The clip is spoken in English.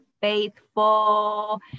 faithful